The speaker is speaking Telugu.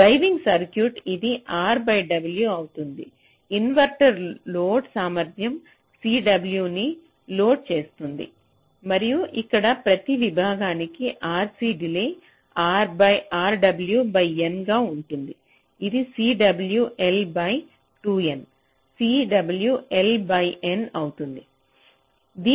డ్రైవింగ్ సర్క్యూట్లో ఇది R బై W అవుతుంది ఇన్వర్టర్ లోడ్ సామర్థ్యం Cw ని లోడ్ చేస్తుంది మరియు ఇక్కడ ప్రతి విభాగానికి RC delay Rw by N గా ఉంటుంది ఇది Cw L by 2 N Cw Lబై N అవుతుంది